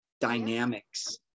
dynamics